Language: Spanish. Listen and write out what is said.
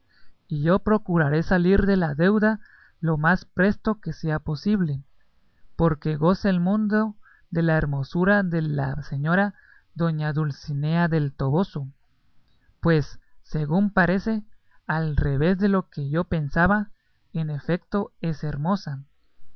y yo procuraré salir de la deuda lo más presto que sea posible porque goce el mundo de la hermosura de la señora doña dulcinea del toboso pues según parece al revés de lo que yo pensaba en efecto es hermosa